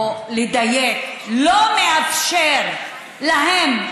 או לדייק: לא מאפשר להן,